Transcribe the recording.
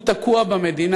הוא תקוע במדינה.